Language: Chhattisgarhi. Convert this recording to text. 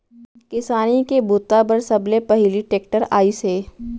किसानी के बूता बर सबले पहिली टेक्टर आइस हे